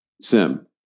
sim